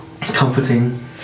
comforting